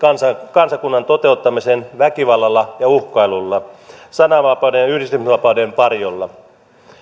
kansakunnan toteuttamiseen väkivallalla ja uhkailulla sananvapauden ja yhdistymisvapauden varjolla